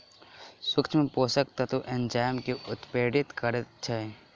सूक्ष्म पोषक तत्व एंजाइम के उत्प्रेरित करैत छै